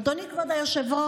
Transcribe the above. אדוני כבוד היושב-ראש,